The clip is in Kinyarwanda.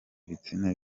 ibitsina